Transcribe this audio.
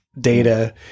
data